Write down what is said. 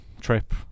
trip